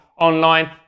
online